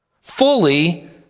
fully